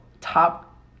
Top